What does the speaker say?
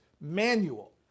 manual